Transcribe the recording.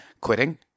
Quitting